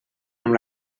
amb